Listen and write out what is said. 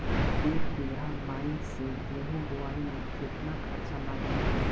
एक बीगहा लाईन से गेहूं बोआई में केतना खर्चा लागी?